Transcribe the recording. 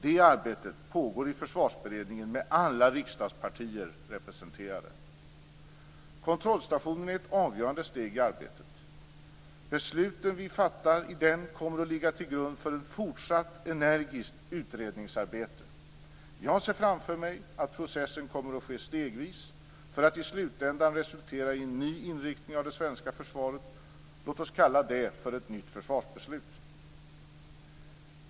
Det arbetet pågår i Försvarsberedningen med alla riksdagspartier representerade. Kontrollstationen är ett avgörande steg i arbetet. Besluten vi fattar i den kommer att ligga till grund för ett fortsatt energiskt utredningsarbete. Jag ser framför mig att processen kommer att ske stegvis för att i slutändan resultera i en ny inriktning av det svenska försvaret. Låt oss kalla det för ett nytt försvarsbeslut.